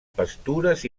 pastures